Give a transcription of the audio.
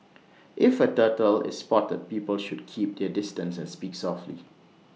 if A turtle is spotted people should keep their distance and speak softly